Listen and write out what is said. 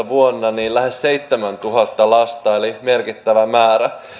vuonna kaksituhattaneljätoista lähes seitsemäntuhatta lasta eli merkittävä määrä